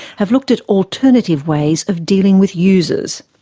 have looked at alternative ways of dealing with users.